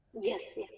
Yes